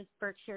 Berkshire